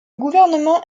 gouvernement